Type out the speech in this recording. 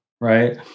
right